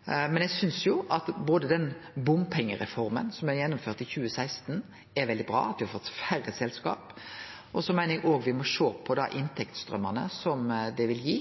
2016, er veldig bra. Me har fått færre selskap. Og så meiner eg òg at me må sjå på dei inntektsstraumane som det vil gi.